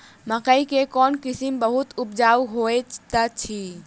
मकई केँ कोण किसिम बहुत उपजाउ होए तऽ अछि?